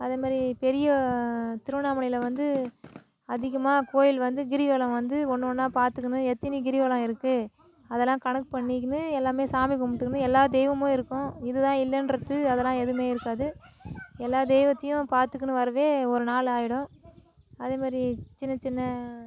அதே மாதிரி பெரிய திருவண்ணாமலையில் வந்து அதிகமாக கோவில் வந்து கிரிவலம் வந்து ஒன்று ஒன்றா பார்த்துக்குனு எத்தனி கிரிவலம் இருக்குது அதெலாம் கணக்கு பண்ணிக்கினு எல்லாமே சாமி கும்பிடுக்குனு எல்லா தெய்வமும் இருக்கும் இதுதான் இல்லைன்றத்து அதெலாம் எதுவுமே இருக்காது எல்லா தெய்வத்தையும் பார்த்துக்குனு வரவே ஒரு நாள் ஆகிடும் அதே மாதிரி சின்ன சின்ன